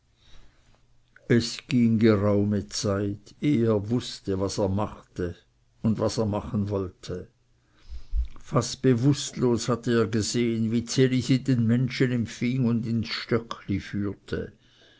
es ging geraume zeit ehe er wußte was er machte und was er machen wollte fast bewußtlos hatte er gesehen wie ds elisi den menschen empfing und ins stöckli führte